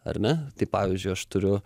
ar ne tai pavyzdžiui aš turiu